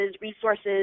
resources